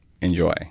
enjoy